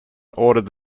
ordered